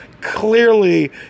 Clearly